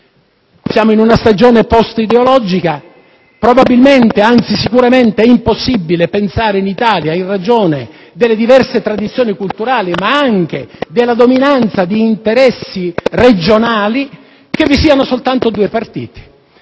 Siamo in una stagione postideologica, probabilmente, anzi sicuramente è impossibile pensare che in Italia, in ragione delle diverse tradizioni culturali, ma anche della dominanza di interessi regionali, vi siano soltanto due partiti.